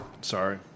Sorry